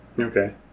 Okay